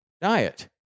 diet